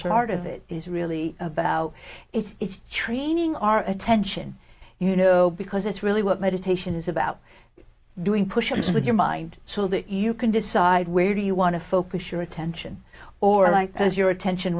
part of it is really about it's training our attention you know because it's really what meditation is about doing pushups with your mind so that you can decide where do you want to focus your attention or like because your attention